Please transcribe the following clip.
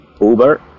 uber